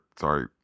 Sorry